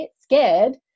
scared